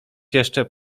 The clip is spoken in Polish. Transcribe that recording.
jeszcze